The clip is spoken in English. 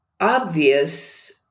obvious